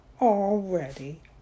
already